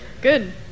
Good